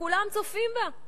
שכולם צופים בו,